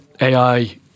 AI